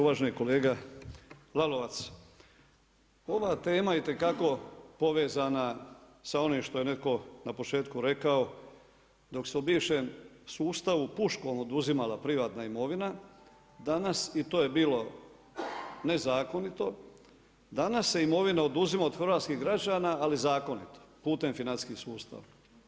Uvaženi kolega Lalovac, ova tema je itekako povezana sa onim što je netko na početku rekao dok se u bivšem sustavu puškom oduzimala privatna imovina i to je bilo nezakonito, danas se imovina oduzima od hrvatskih građana ali zakonito putem financijskih sustava.